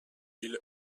bill